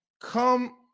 come